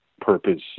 purpose